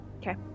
Okay